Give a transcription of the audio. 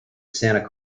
santa